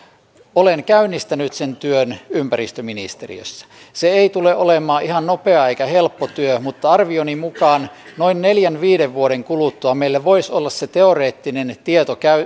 olen käynnistänyt sen työn ympäristöministeriössä se ei tule olemaan ihan nopea eikä helppo työ mutta arvioni mukaan noin neljän viiva viiden vuoden kuluttua meillä voisi olla se teoreettinen tieto